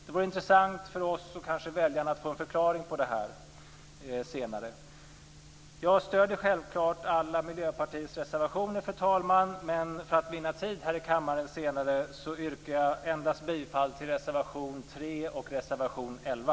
Det vore intressant för oss och för väljarna att få en förklaring på det senare. Jag stöder självklart alla Miljöpartiets reservationer, men för att vinna tid i kammaren senare yrkar jag bifall endast till reservationerna 3 och 11.